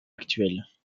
actuelles